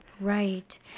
right